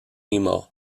nemo